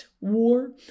War